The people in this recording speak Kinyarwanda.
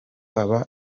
aba